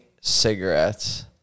cigarettes